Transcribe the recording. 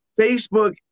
Facebook